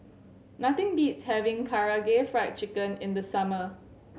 nothing beats having Karaage Fried Chicken in the summer